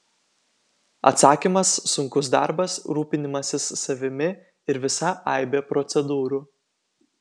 atsakymas sunkus darbas rūpinimasis savimi ir visa aibė procedūrų